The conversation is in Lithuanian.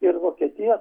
ir vokietija